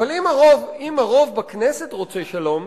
אבל אם רוב הכנסת רוצה שלום,